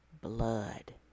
blood